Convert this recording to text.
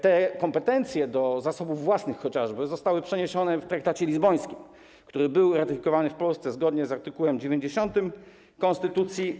Te kompetencje, co do zasobów własnych chociażby, zostały przeniesione w traktacie lizbońskim, który był ratyfikowany w Polsce zgodnie z art. 90 konstytucji.